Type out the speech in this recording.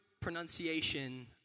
pronunciation